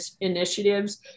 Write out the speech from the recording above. initiatives